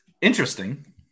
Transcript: interesting